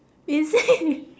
is it